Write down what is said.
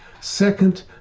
Second